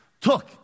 took